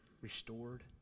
restored